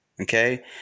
okay